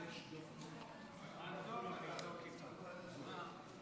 הצעת ועדת הכנסת להעביר את הצעת חוק שעות עבודה ומנוחה (תיקון,